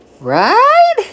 right